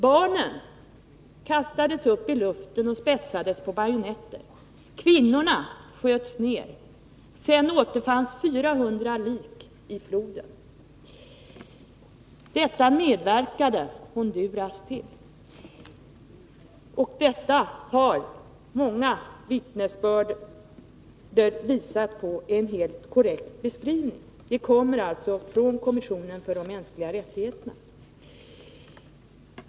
Barnen kastades upp i luften och spetsades på bajonetter. Kvinnorna sköts ner. Sedan återfanns 400 lik i floden. Detta medverkade Honduras till. Det finns många vittnesbörd på att detta är en helt korrekt beskrivning. Rapporten kommer alltså från kommissionen för de mänskliga rättigheterna.